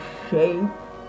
shape